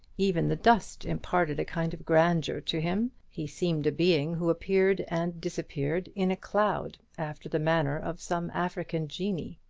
even the dust imparted a kind of grandeur to him. he seemed a being who appeared and disappeared in a cloud, after the manner of some african genii.